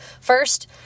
First